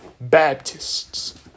Baptists